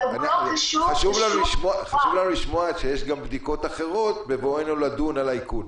חשוב לנו לשמוע שיש גם בדיקות אחרות בבואנו לדון על האיכון.